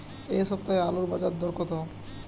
এ সপ্তাহে আলুর বাজারে দর কত?